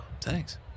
Thanks